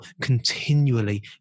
continually